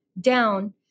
down